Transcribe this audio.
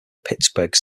pittsburgh